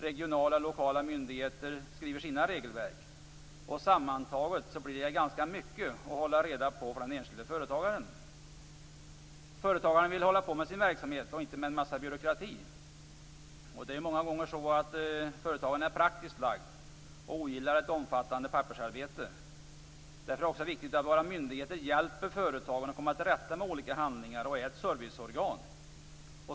Regionala och lokala myndigheter skriver sina regelverk. Sammantaget blir det ganska mycket att hålla reda på för den enskilde företagaren. Företagarna vill hålla på med sin verksamhet och inte med en massa byråkrati. Det är många gånger så, att företagaren är praktiskt lagd och ogillar ett omfattande pappersarbete. Därför är det också viktigt att våra myndigheter hjälper företagaren att komma till rätta med olika handlingar och att de är serviceorgan.